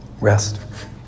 Rest